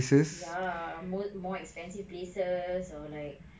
ya more more expensive places err like